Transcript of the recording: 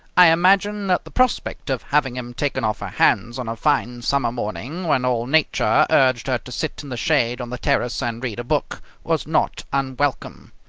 i imagine that the prospect of having him taken off her hands on a fine summer morning, when all nature urged her to sit in the shade on the terrace and read a book, was not unwelcome.